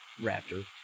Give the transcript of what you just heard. raptor